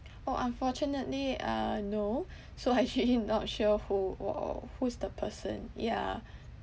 orh unfortunately uh no so actually not sure who wa~ who is the person yeah